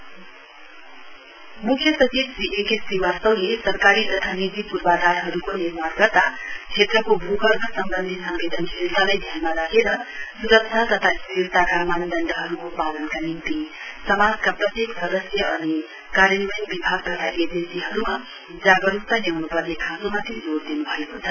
geological programming board म्ख्य सचिव Shri A K श्रीवास्तवले सरकारी तथा निजी पूर्वाधारहरूको निर्माण गर्दै क्षेत्रको भूगर्भ सम्वन्धी सम्बेदनशीलतालाई ध्यानमा राखेर सुरक्षा तथा स्थिरताका मानढण्डहरूको पालनका निम्ति समाजका प्रत्येक सदस्य अनि कार्यान्वयन विभाग तथा एजेन्सीहरूमा जागरूकता ल्याउन्पर्ने खाँचोमाथि जोड़ दिन्भएको छ